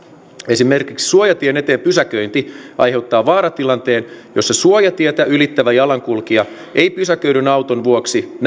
esimerkiksi suojatien eteen pysäköinti aiheuttaa vaaratilanteen jossa suojatietä ylittävä jalankulkija ei pysäköidyn auton vuoksi näe